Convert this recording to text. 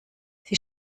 sie